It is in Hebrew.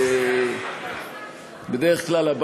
בדרך כלל,